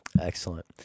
Excellent